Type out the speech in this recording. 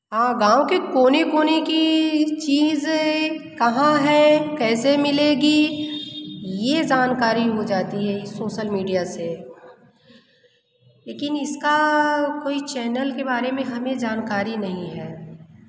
हाँ गाँव के कोने कोने की चीज़ कहाँ हैं कैसे मिलेगी यह जानकारी हो जाती है इस सोशल मीडिया से लेकिन इसका कोई चैनल के बारे में हमें जानकारी नहीं है